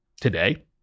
today